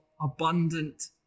abundant